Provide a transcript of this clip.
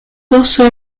also